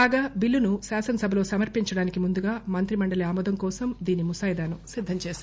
కాగా బిల్లును శాసనసభలో సమర్పించడానికి ముందుగా మంత్రిమండలి ఆమోదం కోసం దీని ముసాయిదాను సిద్దంచేశారు